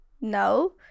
No